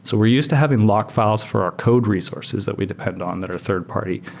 so we're used to having lock file for our code resources that we depend on that are third-party.